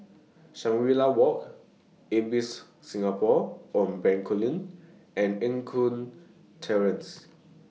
Shangri La Walk Ibis Singapore on Bencoolen and Eng Kong Terrace